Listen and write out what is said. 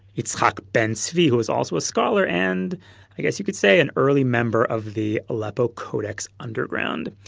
itzhak ben tzvi, who was also a scholar and i guess you could say an early member of the aleppo codex underground.